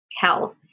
tell